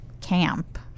camp